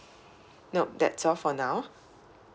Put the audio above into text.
nop that's all for now